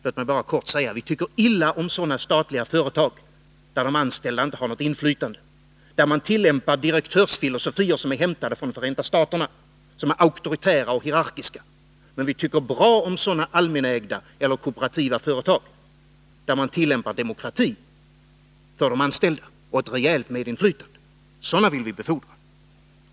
Låt mig bara kort säga: Vi tycker illa om sådana statliga företag där de anställda inte har något inflytande, där man tillämpar filosofier som är hämtade från Förenta staterna, som är auktoritära och hierarkiska. Men vi tycker bra om sådana allmänägda eller kooperativa företag där man tillämpar demokrati för de anställda och ett rejält medinflytande. Sådana vill vi befordra.